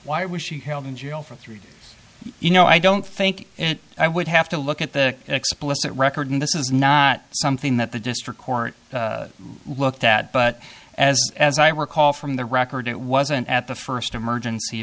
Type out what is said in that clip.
why was she held in jail for three days you know i don't think i would have to look at the explicit record and this is not something that the district court looked at but as i recall from the record it wasn't at the first emergency